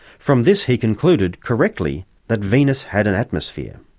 from this he concluded correctly that venus had an atmosphere.